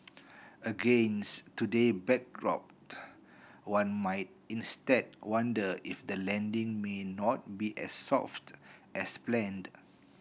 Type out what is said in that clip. against today backdrop one might instead wonder if the landing may not be as soft as planned